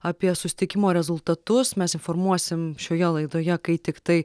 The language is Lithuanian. apie susitikimo rezultatus mes informuosim šioje laidoje kai tiktai